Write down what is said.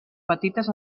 petites